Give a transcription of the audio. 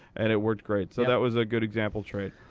and it worked great. so that was a good example trade.